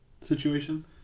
situation